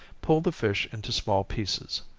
pull the fish into small pieces,